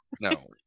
no